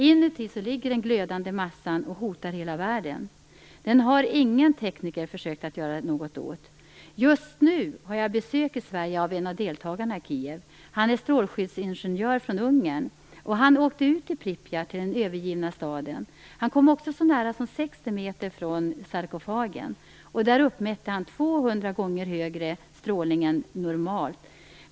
Inuti ligger den glödande massan och hotar hela världen. Den har ingen tekniker försökt att göra någonting åt. Just nu har jag besök av en av deltagarna i Kiev, som är strålskyddsingenjör från Ungern. Han åkte ut till Pripyat, den övergivna staden, och kom så nära som 60 m från sarkofagen. Där uppmätte han 200 gånger högre strålning än normalt.